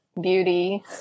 beauty